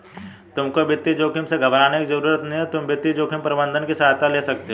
तुमको वित्तीय जोखिम से घबराने की जरूरत नहीं है, तुम वित्तीय जोखिम प्रबंधन की सहायता ले सकते हो